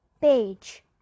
page